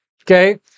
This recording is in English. Okay